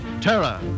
Terror